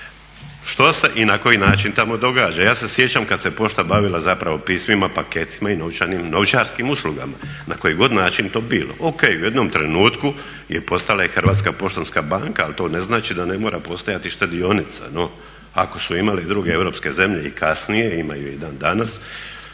Što se i na koji način tamo događa? Ja se sjećam kad se pošta bavila zapravo pismima, paketima i novčarskim uslugama na koji god način to bilo. O.k. U jednom trenutku je postala i Hrvatska poštanska banka, ali to ne znači da ne mora postojati i štedionica, no ako su imale i druge europske zemlje i kasnije, imaju je i dan danas.